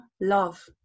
love